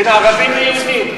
בין ערבים ליהודים.